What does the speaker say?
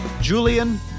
Julian